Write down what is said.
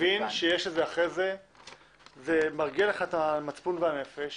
אתה מבין שזה מרגיע לך את המצפון והנפש